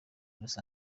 los